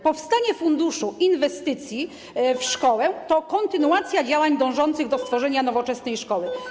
Powstanie Funduszu Inwestycji w Szkołę to kontynuacja działań dążących do stworzenia nowoczesnej szkoły.